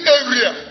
area